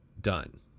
done